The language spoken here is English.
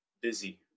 busy